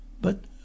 But—